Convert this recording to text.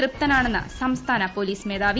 തൃപ്തനാണെന്ന് സംസ്ഥാന ്പൊലീസ് മേധാവി